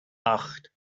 acht